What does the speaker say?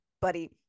buddy